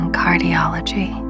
cardiology